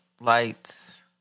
lights